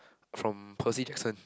from Percy-Jackson